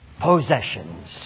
possessions